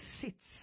sits